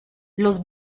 los